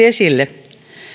esille